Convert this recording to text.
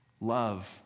Love